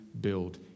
build